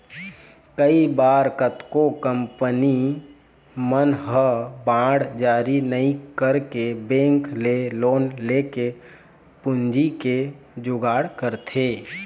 कई बार कतको कंपनी मन ह बांड जारी नइ करके बेंक ले लोन लेके पूंजी के जुगाड़ करथे